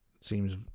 seems